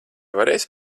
varēsi